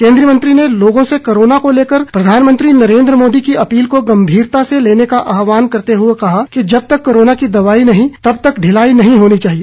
केन्द्रीय मंत्री ने लोगों से कोरोना को लेकर प्रधानमंत्री नरेन्द्र मोदी की अपील को गम्भीरता से लेने का आहवान करते हुए कहा कि जब तक कोरोना की दवाई नहीं तब तक ढिलाई नहीं होनी चाहिए